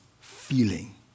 feeling